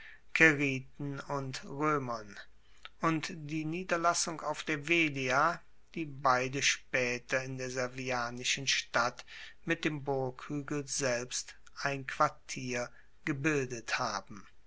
caeriten und roemern und die niederlassung auf der velia die beide spaeter in der servianischen stadt mit dem burghuegel selbst ein quartier gebildet haben